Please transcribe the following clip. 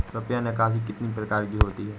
रुपया निकासी कितनी प्रकार की होती है?